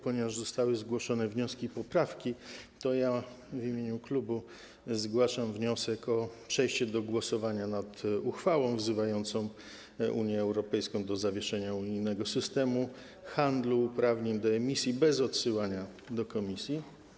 Ponieważ zostały zgłoszone wnioski, poprawki, to w imieniu klubu zgłaszam wniosek o przejście do głosowania nad uchwałą wzywającą Unię Europejską do zawieszenia unijnego systemu handlu uprawnień do emisji bez odsyłania do komisji.